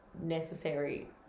necessary